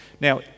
Now